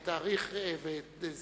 כי תאריך וזמן